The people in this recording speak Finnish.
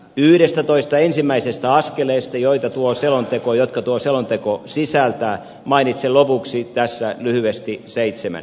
yhdestätoista ensimmäisestä askeleesta jotka tuo selonteko sisältää mainitsen lopuksi tässä lyhyesti seitsemän